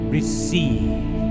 Receive